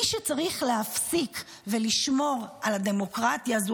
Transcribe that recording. מי שצריך להפסיק ולשמור על הדמוקרטיה זאת